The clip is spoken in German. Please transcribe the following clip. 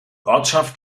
ortschaft